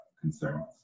concerns